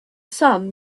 sun